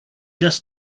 just